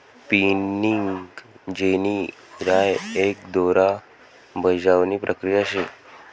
spinning jenny राय एक दोरा बजावणी प्रक्रिया शे